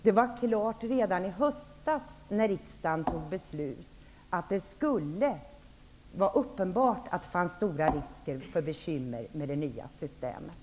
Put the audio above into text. Det var uppenbart redan i höstas när riksdagen fattade beslutet att det fanns stora risker för bekymmer med det nya systemet.